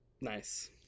Nice